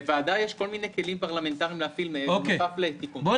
לוועדה יש כל מיני כלים פרלמנטרים להפעיל בנוסף לתיקון חקיקה.